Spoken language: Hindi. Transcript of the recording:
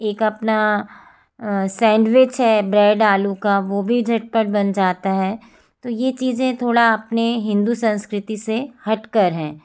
एक अपना सैंडविच है ब्रैड आलू का वो भी झट पट बन जाता है तो ये चीज़ें थोड़े अपनी हिन्दू संस्कृति से हट कर हैं